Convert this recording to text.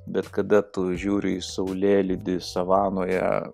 bet kada tu žiūri į saulėlydį savanoje